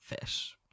fish